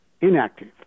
inactive